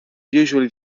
usually